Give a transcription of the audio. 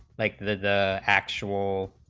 like the actual